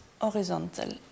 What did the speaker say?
horizontal